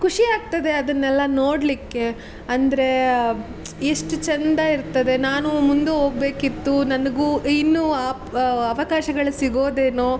ಖುಷಿ ಆಗ್ತದೆ ಅದನ್ನೆಲ್ಲ ನೋಡಲಿಕ್ಕೆ ಅಂದರೆ ಎಷ್ಟು ಚಂದ ಇರ್ತದೆ ನಾನು ಮುಂದು ಹೋಗ್ಬೇಕಿತ್ತು ನನಗೂ ಇನ್ನೂ ಅವಕಾಶಗಳು ಸಿಗೋದೇನೋ